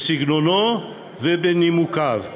בסגנונה ובנימוקיה,